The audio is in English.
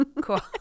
cool